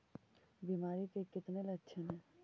बीमारी के कितने लक्षण हैं?